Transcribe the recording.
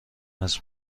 است